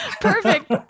perfect